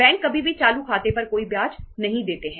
bank कभी भी चालू खाते पर कोई ब्याज नहीं देते हैं